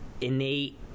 innate